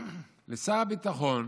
לשר הביטחון